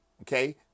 okay